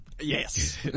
yes